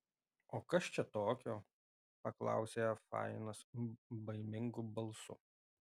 o kas čia tokio paklausė fainas baimingu balsu